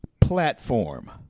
platform